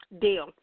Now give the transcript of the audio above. Deal